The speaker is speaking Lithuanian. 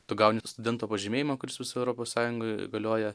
tu gauni studento pažymėjimą kuris visoj europos sąjungoj galioja